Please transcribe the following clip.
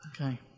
Okay